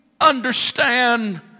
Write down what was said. understand